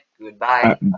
Goodbye